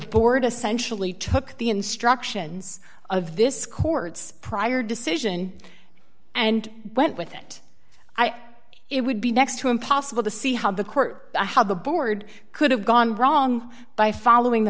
board essentially took the instructions of this court's prior decision and went with it i i it would be next to impossible to see how the court how the board could have gone wrong by following the